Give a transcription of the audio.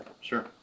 sure